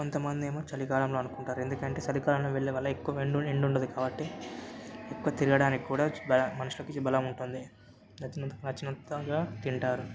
కొంతమందేమో చలికాలంలో అనుకుంటారు ఎందుకంటే చలికాలంలో వెళ్ళే వల్ల ఎక్కువ ఎండ ఎండుండ ఎండుండదు కాబట్టి ఎక్కువ తిరగడానికి కూడా మనుషులకి కొంచెం బలం ఉంటుంది నచ్చినంత నచ్చినంతగా తింటారు